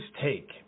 take